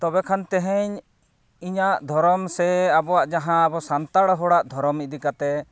ᱛᱚᱵᱮᱠᱷᱟᱱ ᱛᱮᱦᱮᱧ ᱤᱧᱟᱹᱜ ᱫᱷᱚᱨᱚᱢ ᱥᱮ ᱟᱵᱚᱣᱟᱜ ᱡᱟᱦᱟᱸ ᱟᱵᱚ ᱥᱟᱱᱛᱟᱲ ᱦᱚᱲᱟᱜ ᱫᱷᱚᱨᱚᱢ ᱤᱫᱤ ᱠᱟᱛᱮᱫ